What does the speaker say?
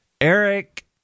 Eric